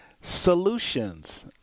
solutions